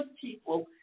people